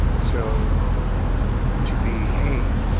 so to be, hey,